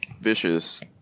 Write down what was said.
vicious